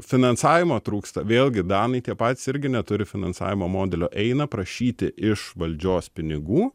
finansavimo trūksta vėlgi danai tie patys irgi neturi finansavimo modelio eina prašyti iš valdžios pinigų